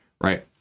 right